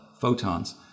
photons